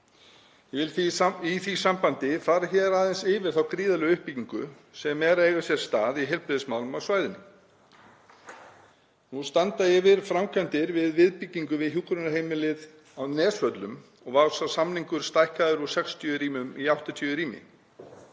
í því sambandi fara aðeins yfir þá gríðarlegu uppbyggingu sem er að eiga sér stað í heilbrigðismálum á svæðinu. Nú standa yfir framkvæmdir við viðbyggingu við hjúkrunarheimilið Nesvelli og var sá samningur stækkaður úr 60 rýmum í 80 rými.